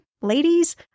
ladies